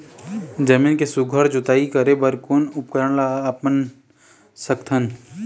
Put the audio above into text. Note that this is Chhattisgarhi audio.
जमीन के सुघ्घर जोताई करे बर कोन उपकरण ला अपना सकथन?